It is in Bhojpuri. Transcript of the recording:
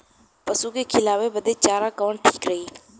पशु के खिलावे बदे चारा कवन ठीक रही?